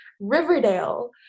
Riverdale